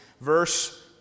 Verse